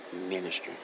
ministry